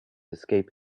escape